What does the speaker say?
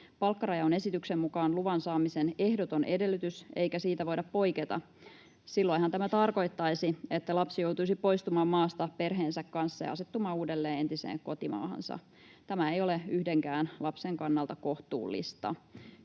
Palkkaraja on esityksen mukaan luvan saamisen ehdoton edellytys, eikä siitä voida poiketa. Silloinhan tämä tarkoittaisi, että lapsi joutuisi poistumaan maasta perheensä kanssa ja asettumaan uudelleen entiseen kotimaahansa. Tämä ei ole yhdenkään lapsen kannalta kohtuullista.